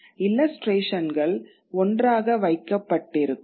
இல்லஸ்டிரேஷன்கள் ஒன்றாக வைக்கப்பட்டிருக்கும்